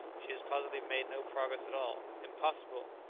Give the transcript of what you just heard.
she has positively made no progress at all. impossible!